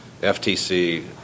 FTC